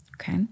okay